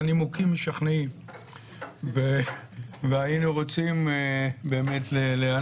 הנימוקים משכנעים והיינו רוצים להיענות.